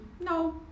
no